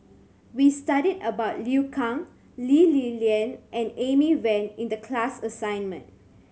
we studied about Liu Kang Lee Li Lian and Amy Van in the class assignment